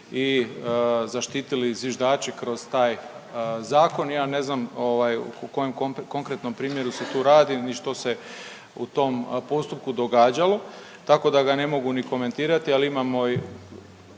i zaštitili zviždače kroz taj Zakon i ja ne znam u kojem konkretnom primjeru se tu radi ni što se u tom postupku događalo, tako da ga ne mogu ni komentirati, ali imamo i